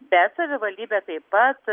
bet savivaldybė taip pat